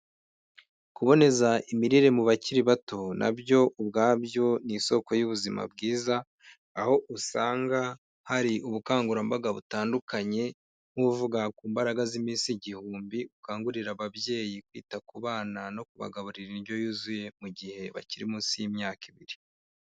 Kuboneza imirire mu bakiri bato nabyo ubwabyo ni isoko y'ubuzima bwiza aho usanga hari ubukangurambaga butandukanye nk'uvuga ku mbaraga z'iminsi igihumbi ukangurira ababyeyi kwita ku bana no kubagaburira indyo yuzuye mu gihe bakiri munsi y'imyaka ibiri.